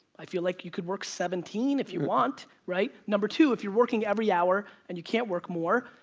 i feel like you could work seventeen if you want! right? number two, if you're working every hour, and you can't work more,